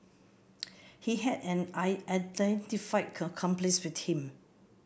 he had an unidentified accomplice with him